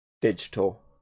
digital